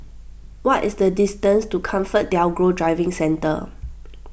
what is the distance to ComfortDelGro Driving Centre